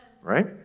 Right